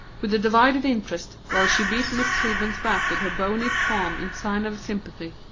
with a divided interest, while she beat miss kilburn's back with her bony palm in sign of sympathy.